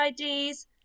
IDs